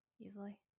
easily